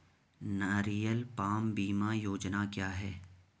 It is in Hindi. नारियल पाम बीमा योजना क्या है?